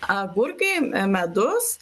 agurkai medus